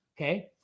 okay